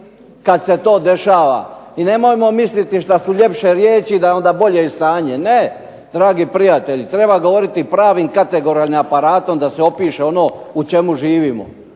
kad se to dešava, i nemojmo misliti šta su ljepše riječi da je onda bolje i stanje. Ne dragi prijatelji treba govoriti pravim …/Govornik se ne razumije./… aparatom da se opiše ono u čemu živimo.